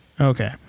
Okay